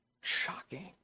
Shocking